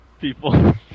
People